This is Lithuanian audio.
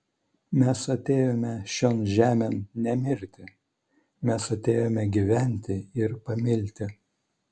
mes atėjome šion žemėn ne mirti mes atėjome gyventi ir pamilti